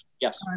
Yes